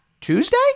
Tuesday